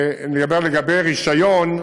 אני מדבר לגבי רישיון,